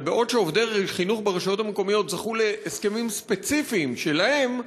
אבל בעוד עובדי חינוך ברשויות המקומיות זכו להסכמים ספציפיים שלהם,